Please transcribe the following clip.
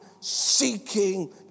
seeking